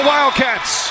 Wildcats